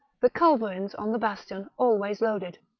the culverins on the bastion always loaded.